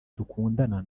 dukundana